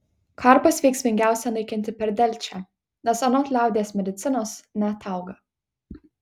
karpas veiksmingiausia naikinti per delčią nes anot liaudies medicinos neatauga